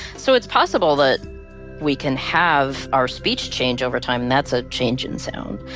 so it's possible that we can have our speech change over time and that's a change in sound.